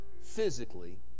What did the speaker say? physically